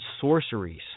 sorceries